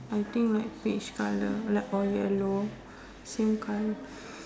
I think like peach colour like or yellow same colour